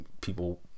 people